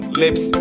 lips